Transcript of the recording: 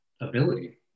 ability